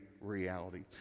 reality